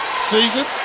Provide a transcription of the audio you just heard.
season